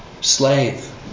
slave